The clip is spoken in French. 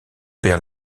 père